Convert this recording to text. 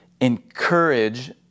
encourage